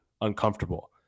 uncomfortable